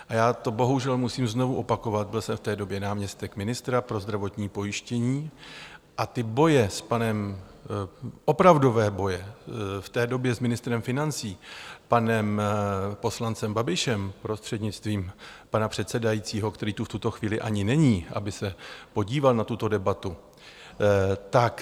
A já to bohužel musím znovu opakovat, byl jsem v té době náměstek ministra pro zdravotní pojištění a ty boje, opravdové boje v té době s ministrem financí, panem poslancem Babišem, prostřednictvím pana předsedajícího, který tu v tuto chvíli ani není, aby se podíval na tuto debatu, tak ty byly kruté.